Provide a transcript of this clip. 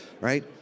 right